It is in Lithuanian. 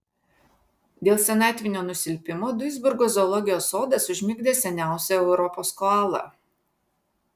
dėl senatvinio nusilpimo duisburgo zoologijos sodas užmigdė seniausią europos koalą